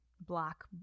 black